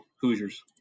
Hoosiers